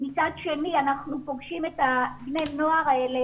מצד שני אנחנו פוגשים את בני הנוער האלה